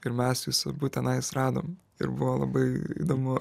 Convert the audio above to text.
ir mes jus abu tenais radom ir buvo labai įdomu